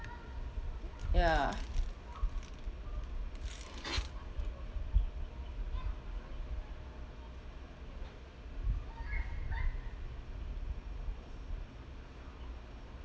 ya